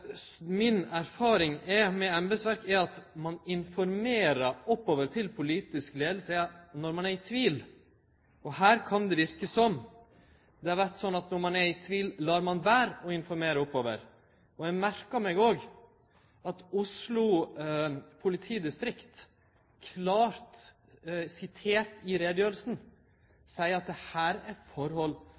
når ein er i tvil, og her kan det verke som om det har vore slik at når ein er i tvil, lèt ein vere å informere oppover. Eg merkte meg òg at Oslo politidistrikt – klart sitert i utgreiinga – seier at dette er forhold